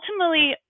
ultimately